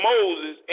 Moses